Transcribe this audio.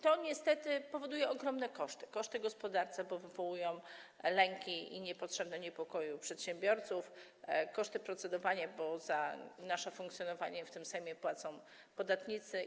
To niestety powoduje ogromne koszty, koszty w gospodarce, które wywołują lęki i niepotrzebne niepokoje przedsiębiorców, koszty procedowania, bo za nasze funkcjonowanie w tym Sejmie płacą podatnicy.